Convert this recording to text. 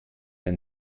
ein